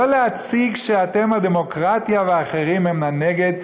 לא להציג שאתם הדמוקרטיה והאחרים הם נגד.